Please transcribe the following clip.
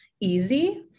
easy